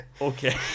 Okay